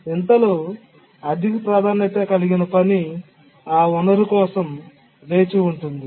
ఇంతలో అధిక ప్రాధాన్యత కలిగిన పని ఆ వనరు కోసం వేచి ఉంటుంది